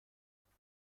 دنبال